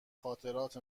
خاطرات